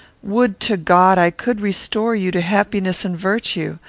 would to god i could restore you to happiness and virtue!